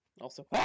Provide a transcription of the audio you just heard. Also-